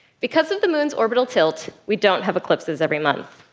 because of the moon's orbital tilt, we don't have eclipses every month.